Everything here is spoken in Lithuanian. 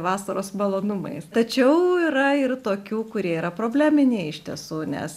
vasaros malonumais tačiau yra ir tokių kurie yra probleminiai iš tiesų nes